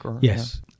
Yes